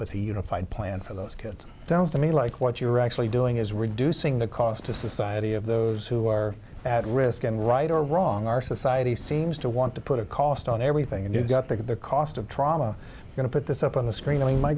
with a unified plan for those kids down to me like what you're actually doing is reducing the cost to society of those who are at risk and right or wrong our society seems to want to put a cost on everything and you've got to get the cost of trauma going to put this up on the screen i mean my